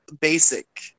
basic